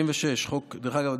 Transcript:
דרך אגב,